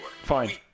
Fine